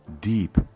deep